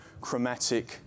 chromatic